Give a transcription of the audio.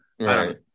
right